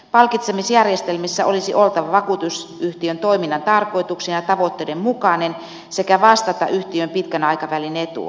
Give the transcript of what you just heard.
palkitsemisjärjestelmän olisi oltava vakuutusyhtiön toiminnan tarkoituksen ja tavoitteiden mukainen sekä vastata yhtiön pitkän aikavälin etua